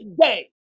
day